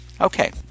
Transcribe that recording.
Okay